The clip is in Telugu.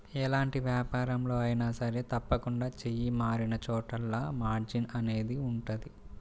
ఎలాంటి వ్యాపారంలో అయినా సరే తప్పకుండా చెయ్యి మారినచోటల్లా మార్జిన్ అనేది ఉంటది